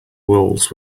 walls